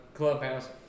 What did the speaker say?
clubhouse